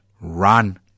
run